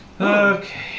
Okay